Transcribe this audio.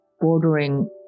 bordering